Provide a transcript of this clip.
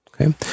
okay